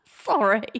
Sorry